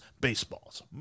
baseballs